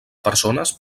persones